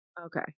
okay